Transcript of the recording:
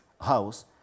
house